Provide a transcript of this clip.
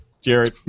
Jared